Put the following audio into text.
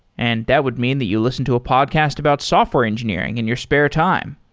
and that would mean that you listen to a podcast about software engineering in your spare time,